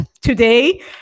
today